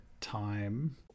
time